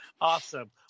Awesome